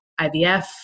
IVF